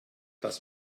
das